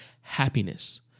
happiness